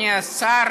אדוני השר,